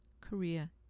Korea